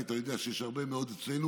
כי אתה יודע שיש הרבה מאוד אצלנו